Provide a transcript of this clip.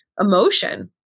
emotion